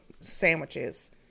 sandwiches